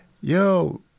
yo